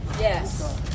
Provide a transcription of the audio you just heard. Yes